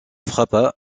frappa